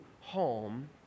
home